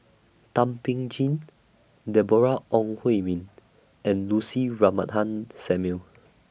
Thum Ping Tjin Deborah Ong Hui Min and Lucy Samuel